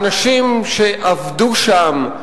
כי האנשים שעבדו שם,